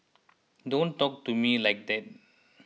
don't talk to me like that